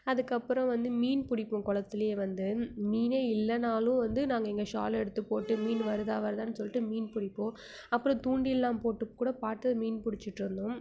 அதுக்கப்புறம் வந்து மீன் பிடிப்போம் குளத்துலியே வந்து மீனே இல்லைனாலும் வந்து நாங்கள் எங்கள் ஷாலை எடுத்து போட்டு மீன் வருதா வருதானு சொல்லிட்டு மீன் பிடிப்போம் அப்புறம் தூண்டிலெலாம் போட்டு கூட பார்த்து மீன் பிடிச்சிட்ருந்தோம்